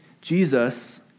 Jesus